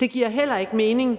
det giver heller ikke mening,